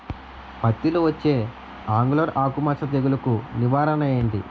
పత్తి లో వచ్చే ఆంగులర్ ఆకు మచ్చ తెగులు కు నివారణ ఎంటి?